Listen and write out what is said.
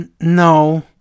No